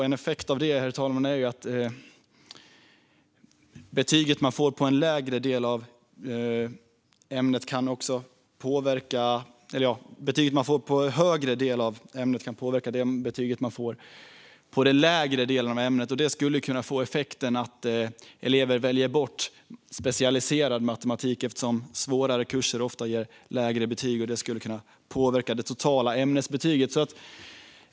En effekt av den, herr talman, är att betyget man får på en högre del av ämnet kan påverka det betyg man får på en lägre. Det skulle kunna få effekten att elever väljer bort specialiserad matematik eftersom svårare kurser ofta ger lägre betyg, vilket skulle kunna påverka det totala ämnesbetyget.